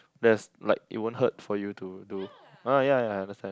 there's like it won't hurt for you to do yeah yeah I understand